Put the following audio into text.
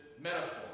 metaphor